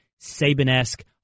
Saban-esque